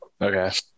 Okay